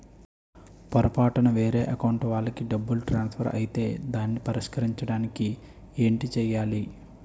పొరపాటున వేరే అకౌంట్ వాలికి డబ్బు ట్రాన్సఫర్ ఐతే దానిని పరిష్కరించడానికి ఏంటి చేయాలి?